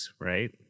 right